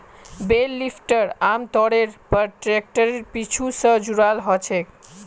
बेल lifter आमतौरेर पर ट्रैक्टरेर पीछू स जुराल ह छेक